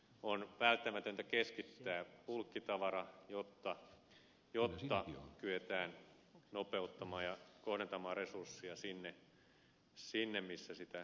on välttämätöntä keskittää bulkkitavara jotta kyetään nopeuttamaan ja kohdentamaan resursseja sinne missä sitä todellisuudessa tarvitaan